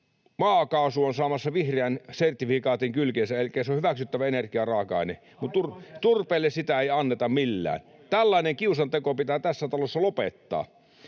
maakaasu on saamassa vihreän sertifikaatin kylkeensä, elikkä se on hyväksyttävä energiaraaka-aine, [Keskeltä: Aivan käsittämätöntä!] mutta turpeelle sitä ei anneta millään. Tällainen kiusanteko pitää tässä talossa lopettaa.